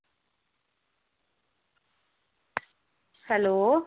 hello